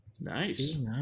Nice